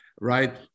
right